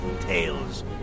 tales